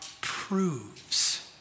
proves